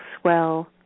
swell